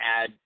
add